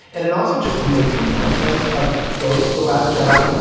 and it also just makes nonsense of both the last jedi.